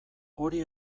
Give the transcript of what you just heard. hori